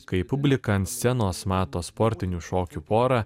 kai publika ant scenos mato sportinių šokių porą